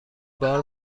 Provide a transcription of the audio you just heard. بار